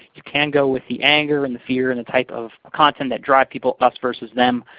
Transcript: you can go with the anger and the fear and the type of content that drives people us versus them.